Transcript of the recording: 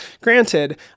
Granted